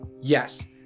Yes